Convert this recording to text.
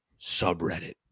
subreddit